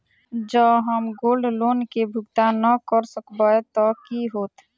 जँ हम gold loan केँ भुगतान न करऽ सकबै तऽ की होत?